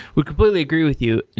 we completely agree with you, and